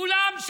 כולם,